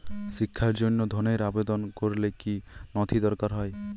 শিক্ষার জন্য ধনের আবেদন করলে কী নথি দরকার হয়?